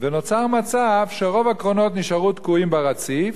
ונוצר מצב שרוב הקרונות נשארו תקועים ברציף,